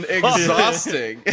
exhausting